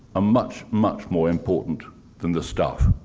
ah much, much more important than the stuff.